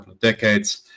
decades